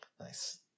Nice